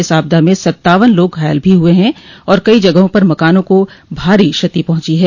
इस आपदा में सत्तावन लोग घायल भी हुए हैं और कई जगहों पर मकानों को भारी क्षति पहुंची है